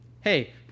hey